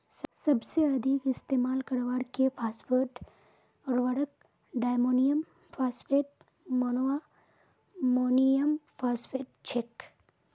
सबसे अधिक इस्तेमाल करवार के फॉस्फेट उर्वरक डायमोनियम फॉस्फेट, मोनोअमोनियमफॉस्फेट छेक